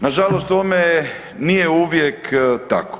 Nažalost tome nije uvijek tako.